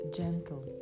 gentle